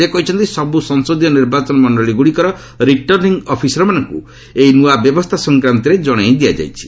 ସେ କହିଛନ୍ତି ସବ୍ ସଂସଦୀୟ ନିର୍ବାଚନ ମଣ୍ଡଳୀଗ୍ରଡ଼ିକର ରିଟର୍ଣ୍ଣିଂ ଅଫିସରମାନଙ୍କୁ ଏହି ନୂଆ ବ୍ୟବସ୍ଥା ସଂକ୍ରାନ୍ତରେ ଜଣାଇ ଦିଆଯାଇଛି